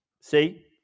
See